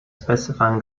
specifying